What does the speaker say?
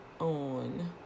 on